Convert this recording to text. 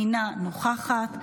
אינה נוכחת,